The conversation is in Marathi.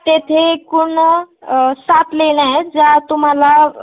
तेथे एकूण सात लेण्या आहेत ज्या तुम्हाला